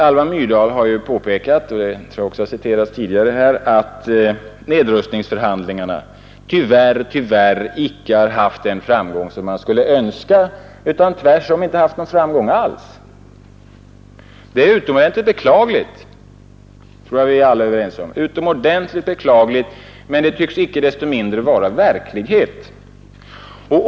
Alva Myrdal har ju påpekat — jag tror att det citerats tidigare här — att nedrustningsförhandlingarna tyvärr inte haft den framgång man skulle önska utan tvärtom inte har haft någon framgång alls. Det är utomordentligt beklagligt — detta är vi väl alla överens om — men det tycks inte desto mindre vara verklighet.